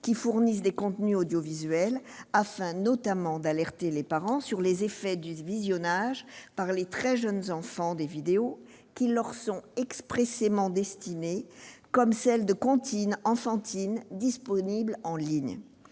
qui fournissent des contenus audiovisuels, afin notamment d'alerter les parents sur les effets du visionnage par les très jeunes enfants des vidéos qui leur sont expressément destinées, comme celles de comptines enfantines disponibles en ligne.